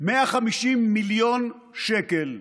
150 מיליון שקל.